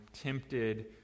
tempted